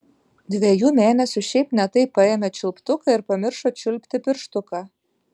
dviejų mėnesių šiaip ne taip paėmė čiulptuką ir pamiršo čiulpti pirštuką